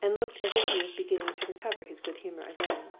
and looked as if he was beginning to recover his good humor again.